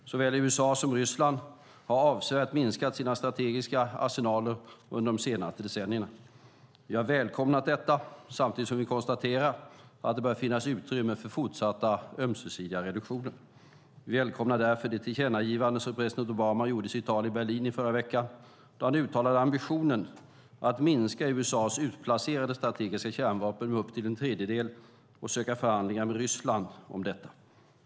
Såväl USA som Ryssland har avsevärt minskat sina strategiska nukleära arsenaler under de senaste decennierna. Vi har välkomnat detta, samtidigt som vi konstaterat att det bör finnas utrymme för fortsatta ömsesidiga reduktioner. Vi välkomnar därför det tillkännagivande som president Obama gjorde i sitt tal i Berlin förra veckan, då han uttalade ambitionen att minska USA:s utplacerade strategiska kärnvapen med upp till en tredjedel och söka förhandlingar med Ryssland.